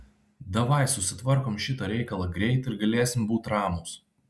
davai susitvarkom šitą reikalą greit ir galėsim būt ramūs